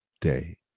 day